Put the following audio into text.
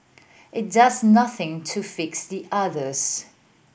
it does nothing to fix the others